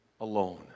alone